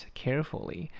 carefully